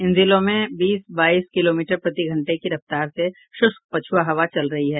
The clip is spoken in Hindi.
इन जिलों में बीस बाईस किलोमीटर प्रतिघंटे की रफ्तार से शुष्क पछुआ हवा चल रही है